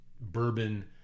bourbon